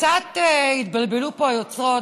קצת התבלבלו פה היוצרות,